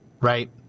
right